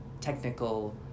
technical